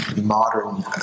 modern